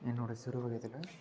என்னோட சிறு வயதில்